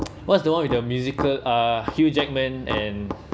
what's the one with the musical uh hugh jackman and